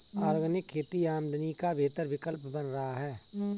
organic खेती आमदनी का बेहतर विकल्प बन रहा है